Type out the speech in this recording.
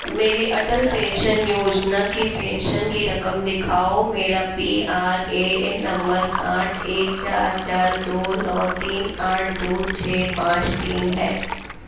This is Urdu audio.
میری اٹل پینشن یوجنا کی پینشن کی رقم دکھاؤ میرا P R A N number آٹھ ایک چار چار دو نو تین آٹھ دو چھ پانچ تین ہے